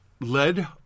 led